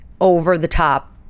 over-the-top